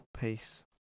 Peace